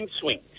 swings